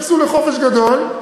יצאו לחופש גדול,